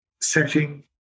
setting